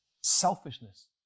selfishness